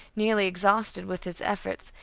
nearly exhausted with his efforts,